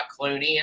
Clooney